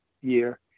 year